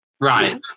Right